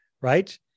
right